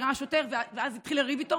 כי ראה שוטר ואז התחיל לריב איתו,